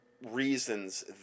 reasons